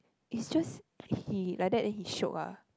is just he like that then he shiok ah